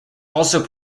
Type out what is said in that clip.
also